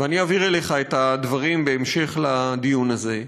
ואני אעביר אליך את הדברים בהמשך לדיון הזה.